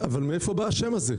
אבל מאיפה בא השם הזה?